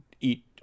eat